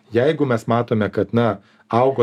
jeigu mes matome kad na augo